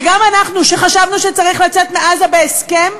וגם אנחנו, שחשבנו שצריך לצאת מעזה בהסכם,